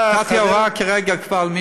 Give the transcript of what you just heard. היא שאלה, שאלה טכנית, בסדר גמור.